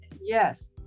yes